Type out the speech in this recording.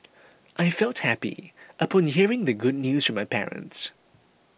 I felt happy upon hearing the good news from my parents